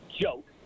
joke